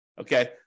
okay